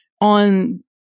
on